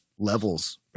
Levels